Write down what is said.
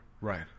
Right